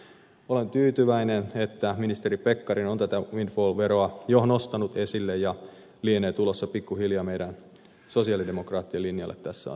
olen tyytyväinen että ministeri pekkarinen on tätä windfall veroa jo nostanut esille ja lienee tulossa pikkuhiljaa meidän sosialidemokraattien linjalle tässä asiassa